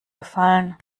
gefallen